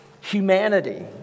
humanity